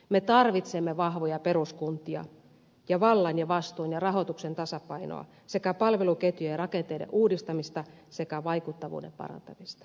me tarvitsemme vahvoja peruskuntia vallan vastuun ja rahoituksen tasapainoa palveluketjujen ja rakenteiden uudistamista sekä vaikuttavuuden parantamista